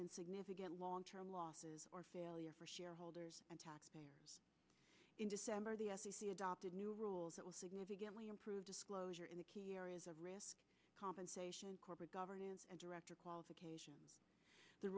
in significant long term losses or failure for shareholders and taxpayers in december the f c c adopted new rules that will significantly improve disclosure in the key areas of risk compensation corporate governance and director qualifications the